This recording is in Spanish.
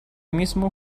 mismo